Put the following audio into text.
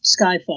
Skyfall